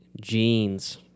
Jeans